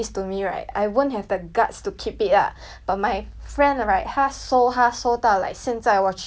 but my friend right 她收它收到 like 现在我去她家看她的猫很乖 eh